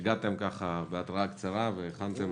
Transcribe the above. שהגעתם בהתראה קצרה והכנתם